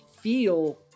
feel